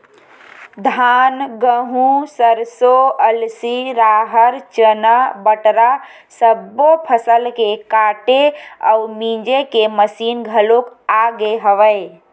धान, गहूँ, सरसो, अलसी, राहर, चना, बटरा सब्बो फसल के काटे अउ मिजे के मसीन घलोक आ गे हवय